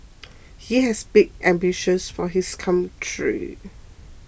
he has big ambitions for his country